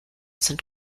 sind